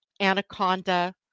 anaconda